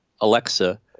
Alexa